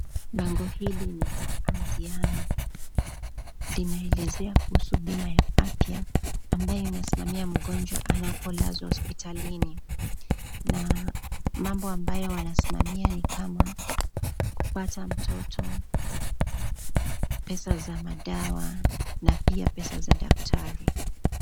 Bango hili ni la anziano, linaelezea kuhusu bima ya afya ambayo inasimamia mgonjwa anapolazwa hosiptalini na mambo ambayo wanasimamia ni kama kupata mtoto, pesa za madawa na pia pesa za daktari.